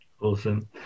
Awesome